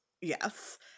yes